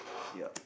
yup